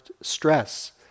stress